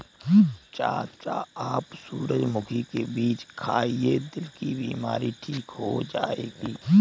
चाचा आप सूरजमुखी के बीज खाइए, दिल की बीमारी ठीक हो जाएगी